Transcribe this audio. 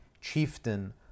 chieftain